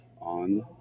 on